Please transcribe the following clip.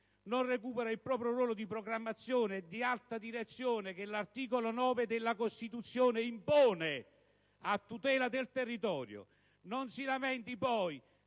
non recupera il proprio ruolo di programmazione e alta direzione che l'articolo 9 della Costituzione impone a tutela del territorio, non si lamenti poi